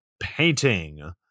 painting